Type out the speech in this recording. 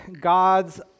god's